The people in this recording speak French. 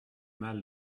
mal